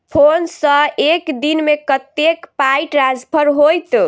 Phone सँ एक दिनमे कतेक पाई ट्रान्सफर होइत?